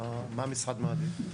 מה המשרד מעדיף?